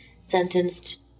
sentenced